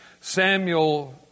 Samuel